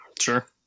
sure